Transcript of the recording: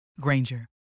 Granger